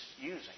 using